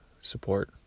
support